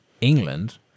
England